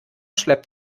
schleppt